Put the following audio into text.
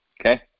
okay